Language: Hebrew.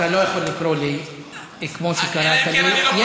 אתה לא יכול לקרוא לי כמו שקראת לי.